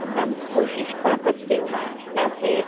میم کوشش کر سکتی ہوں میں ویسے